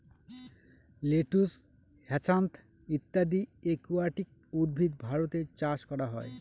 lettuce, hyacinth ইত্যাদি aquatic উদ্ভিদ ভারতে চাষ করা হয়